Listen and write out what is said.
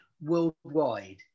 Worldwide